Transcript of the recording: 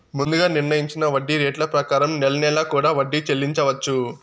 ముందుగా నిర్ణయించిన వడ్డీ రేట్ల ప్రకారం నెల నెలా కూడా వడ్డీ చెల్లించవచ్చు